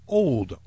old